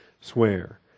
swear